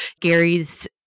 Gary's